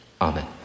Amen